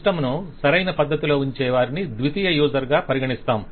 system ను సరైన పద్దతిలో ఉంచే వారిని ద్వితీయ యూసర్ గా పరిగణిస్తాము